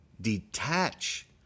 Detach